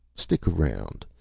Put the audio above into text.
stick around.